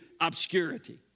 obscurity